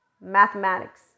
mathematics